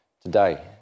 today